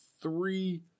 three